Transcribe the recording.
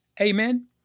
Amen